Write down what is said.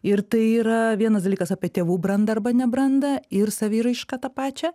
ir tai yra vienas dalykas apie tėvų brandą arba nebrandą ir saviraišką tą pačią